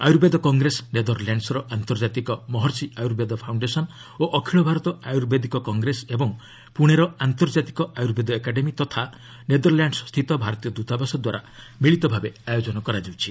Ayurveda congress ନେଦରଲ୍ୟାଣ୍ଡସର ଆନ୍ତର୍ଜାତିକ Maharishi Ayurveda foundation ଓ ଅଖିଳ ଭାରତ ଆୟୁର୍ବେଦିକ କଂଗ୍ରେସ ଏବଂ ପୁଣେର ଆନ୍ତର୍ଜାତିକ ଆୟୁର୍ବେଦ ଏକାଡେମୀ ତଥା ନେଦରଲ୍ୟାଣ୍ଡ୍ସ୍ସ୍ଥିତ ଭାରତୀୟ ଦୂତାବାସ ଦ୍ୱାରା ମିଳିତ ଭାବେ ଆୟୋଜନ କରାଯାଉଛି